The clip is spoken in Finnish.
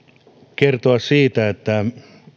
kertoa siitä että